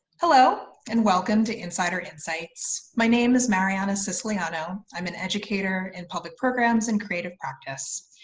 hello, and welcome to insider insights. my name is marianna siciliano, i'm an educator in public programs and creative practice.